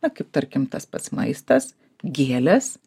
na kaip tarkim tas pats maistas gėlės